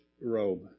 robe